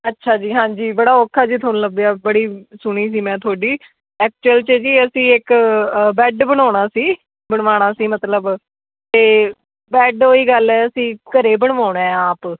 ਅੱਛਾ ਜੀ ਹਾਂਜੀ ਬੜਾ ਔਖਾ ਜੀ ਤੁਹਾਨੂੰ ਲੱਭਿਆ ਬੜੀ ਸੁਣੀ ਸੀ ਮੈਂ ਤੁਹਾਡੀ ਐਕਚੁਅਲ 'ਚ ਜੀ ਅਸੀਂ ਇੱਕ ਬੈਡ ਬਣਾਉਣਾ ਸੀ ਬਣਵਾਉਣਾ ਸੀ ਮਤਲਬ ਅਤੇ ਬੈਡ ਉਹ ਹੀ ਗੱਲ ਅਸੀਂ ਘਰ ਬਣਵਾਉਣਾ ਹੈ ਆਪ